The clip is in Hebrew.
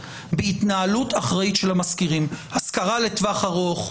בהתנהלות אחראית של המשכירים: השכרה לטווח ארוך,